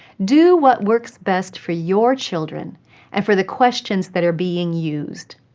do what works best for your children and for the questions that are being used.